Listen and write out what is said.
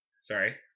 Sorry